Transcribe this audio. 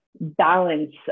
Balance